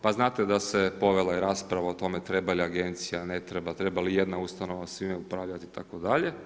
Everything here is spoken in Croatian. Pa znate da se povela i rasprava o tome treba li agencija, ne treba, treba li jedna ustanova svim upravljati itd.